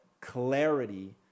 clarity